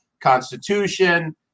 constitution